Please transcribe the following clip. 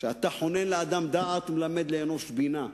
שאתה חונן לאדם דעת ומלמד לאנוש בינה,